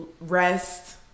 rest